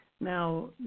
Now